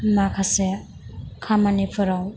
माखासे खामानिफोराव